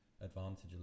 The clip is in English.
advantage